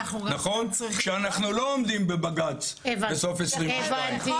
כשאנחנו לא עומדים בבג"ץ בסוף 2022. הבנתי.